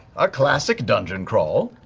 a classic dungeon crawl.